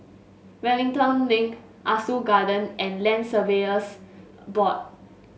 Wellington Link Ah Soo Garden and Land Surveyors Board